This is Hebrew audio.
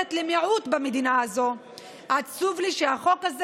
השייכת למיעוט במדינה הזאת עצוב לי שהחוק הזה